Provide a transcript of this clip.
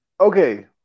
okay